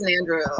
Andrew